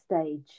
stage